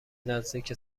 نزدیک